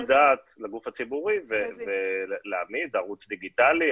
דעת לגוף הציבורי ולהעמיד ערוץ דיגיטלי,